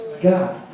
God